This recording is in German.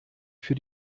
für